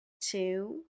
two